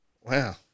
Wow